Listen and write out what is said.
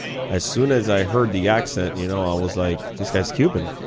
as soon as i heard the accent, you know, i was like, this guy's cuban.